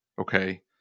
okay